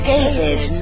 David